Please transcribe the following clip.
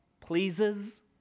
pleases